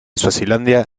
suazilandia